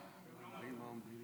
חבריי חברי הכנסת, אדוני היושב-ראש,